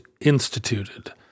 instituted